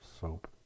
soap